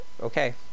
Okay